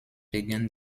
wegen